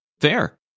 fair